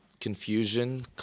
confusion